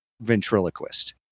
Ventriloquist